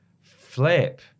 flip